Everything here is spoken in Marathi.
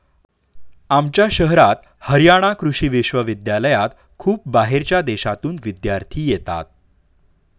आमच्या शहरात हरयाणा कृषि विश्वविद्यालयात खूप बाहेरच्या देशांतून विद्यार्थी येतात